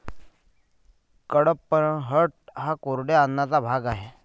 कडपह्नट हा कोरड्या अन्नाचा भाग आहे